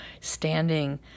standing